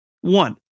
One